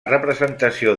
representació